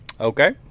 okay